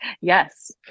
Yes